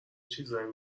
چیزایی